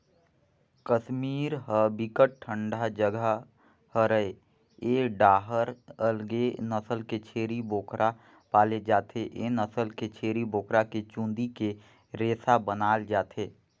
कस्मीर ह बिकट ठंडा जघा हरय ए डाहर अलगे नसल के छेरी बोकरा पाले जाथे, ए नसल के छेरी बोकरा के चूंदी के रेसा बनाल जाथे